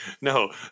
no